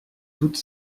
toute